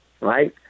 right